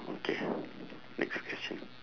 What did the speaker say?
okay next question